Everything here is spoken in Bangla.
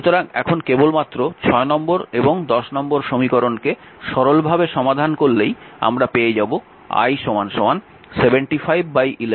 সুতরাং এখন কেবলমাত্র নম্বর এবং নম্বর সমীকরণকে সরলভাবে সমাধান করলেই আমরা পেয়ে যাব i 75 11 অ্যাম্পিয়ার